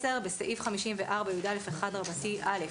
בסעיף 54יא1(א),